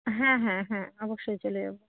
হ্যাঁ হ্যাঁ হ্যাঁ অবশ্যই চলে যাব